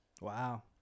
Wow